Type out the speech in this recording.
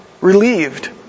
relieved